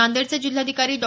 नांदेडचे जिल्हाधिकारी डॉ